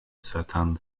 certan